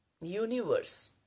universe